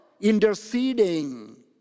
interceding